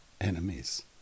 enemies